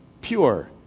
pure